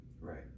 Right